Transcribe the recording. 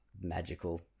magical